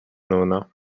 новина